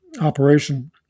operation